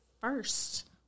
first